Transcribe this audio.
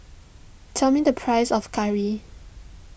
tell me the price of curry